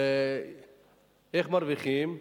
איך מרוויחים?